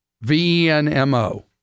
V-E-N-M-O